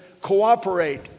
cooperate